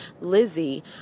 Lizzie